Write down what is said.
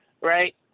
right